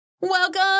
Welcome